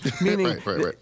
meaning